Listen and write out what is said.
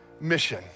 mission